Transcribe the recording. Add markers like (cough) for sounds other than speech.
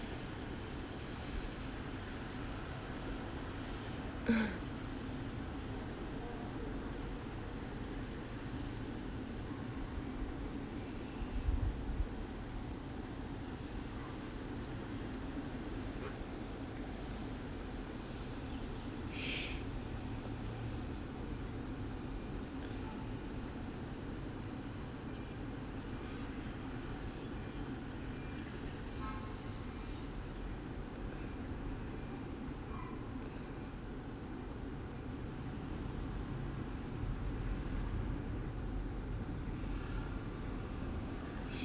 (laughs) (breath)